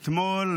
אתמול,